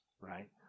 right